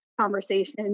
conversation